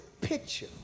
picture